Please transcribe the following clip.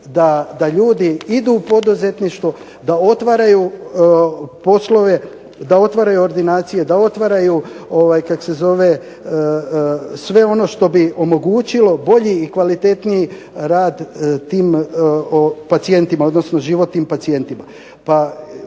da ljudi idu u poduzetništvo, da otvaraju poslove, da otvaraju ordinacije, da otvaraju sve ono što bi omogućilo bolji i kvalitetniji rad tim pacijentima, odnosno život tim pacijentima.